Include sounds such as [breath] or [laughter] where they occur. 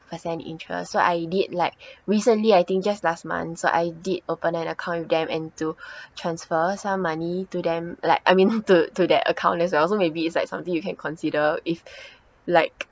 percent interest so I did like recently I think just last month so I did open an account with them and to [breath] transfer some money to them like I mean to to that account as well so maybe it's like something you can consider if like